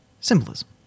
Symbolism